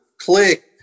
click